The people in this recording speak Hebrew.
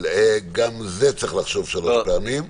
גם על זה צריך לחשוב שלוש פעמים,